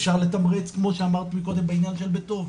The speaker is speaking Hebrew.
אפשר לתמרץ כמו שאמרת מקודם בעניין של בטוב.